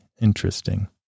interesting